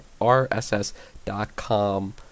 RSS.com